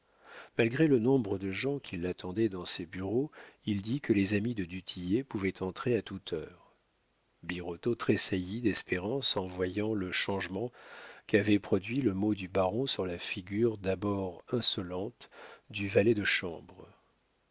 malgré le nombre de gens qui l'attendaient dans ses bureaux il dit que les amis de du tillet pouvaient entrer à toute heure birotteau tressaillit d'espérance en voyant le changement qu'avait produit le mot du baron sur la figure d'abord insolente du valet de chambre